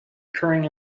occurring